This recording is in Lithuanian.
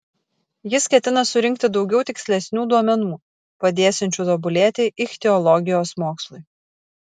jis ketina surinkti daugiau tikslesnių duomenų padėsiančių tobulėti ichtiologijos mokslui